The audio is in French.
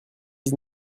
dix